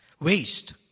waste